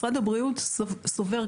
משרד הבריאות סובר,